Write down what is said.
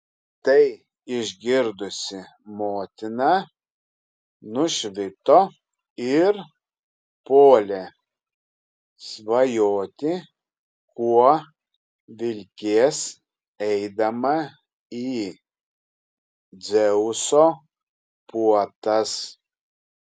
tai išgirdusi motina nušvito ir puolė svajoti kuo vilkės eidama į dzeuso puotas